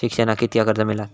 शिक्षणाक कीतक्या कर्ज मिलात?